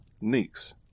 nix